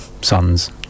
sons